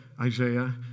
Isaiah